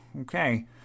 okay